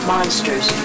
Monsters